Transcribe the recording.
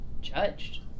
judged